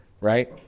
right